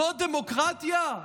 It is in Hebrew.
זו דמוקרטיה?